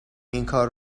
اینکار